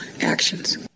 actions